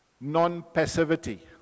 non-passivity